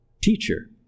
teacher